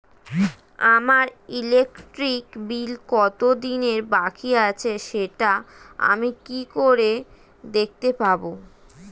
আমার electric bill কত দিনের বাকি আছে সেটা আমি কি করে দেখতে পাবো?